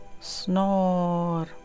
snore